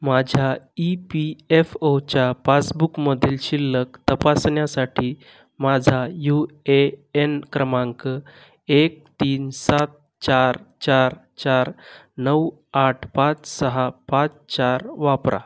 माझ्या E P F O च्या पासबुकमधील शिल्लक तपासण्यासाठी माझा यू ए एन क्रमांक एक तीन सात चार चार चार नऊ आठ पाच सहा पाच चार वापरा